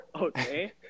Okay